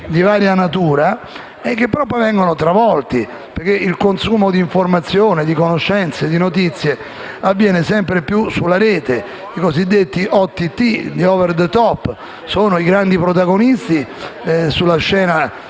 di varia natura, e che però poi vengono travolti. Questo perché il consumo di informazioni, di conoscenze e di notizie avviene sempre più sulla rete tramite i cosiddetti OTT (*over the top*), ossia i grandi protagonisti sulla scena informatica,